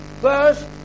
First